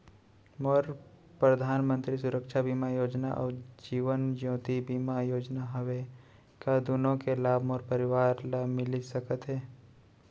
मोर परधानमंतरी सुरक्षा बीमा योजना अऊ जीवन ज्योति बीमा योजना हवे, का दूनो के लाभ मोर परवार ल मिलिस सकत हे?